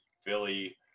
Philly